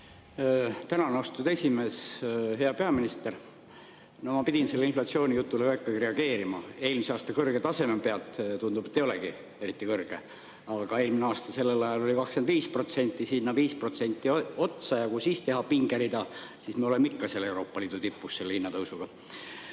Tänan, austatud esimees! Hea peaminister! No ma pidin sellele inflatsioonijutule ikkagi reageerima. Eelmise aasta kõrge taseme pealt tundub, et ei olegi eriti kõrge, aga eelmisel aastal sellel ajal oli 25%, sinna 5% otsa. Ja kui teha pingerida, siis me oleme ikka Euroopa Liidu tipus [oma] hinnatõusuga.